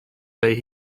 say